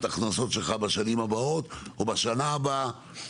ההכנסות שלך בשנים הבאות או בשנה הבאה.